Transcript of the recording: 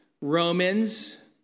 Romans